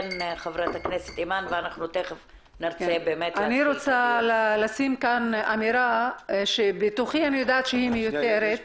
אני רוצה לשים כאן אמירה שבתוכי אני יודעת שהיא מיותרת.